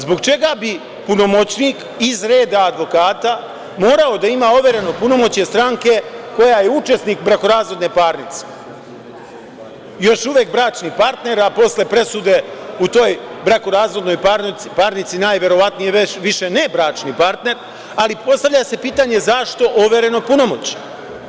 Zbog čega bi punomoćnik iz reda advokata morao da ima overeno punomoćje stranke koja je učesnik brakorazvodne parnice, još uvek bračni partner, a posle presude u toj brakorazvodnoj parnici, najverovatnije više ne bračni partner, ali postavlja se pitanje – zašto overeno punomoćje?